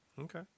Okay